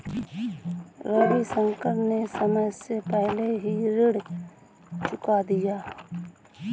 रविशंकर ने समय से पहले ही ऋण चुका दिया